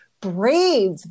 brave